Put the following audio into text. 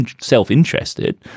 self-interested